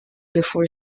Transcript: before